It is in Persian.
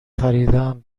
نخریدهام